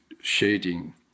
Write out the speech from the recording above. shading